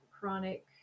chronic